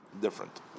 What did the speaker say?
different